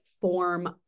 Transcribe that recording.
form